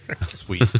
sweet